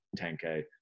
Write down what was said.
10k